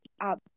up